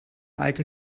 alte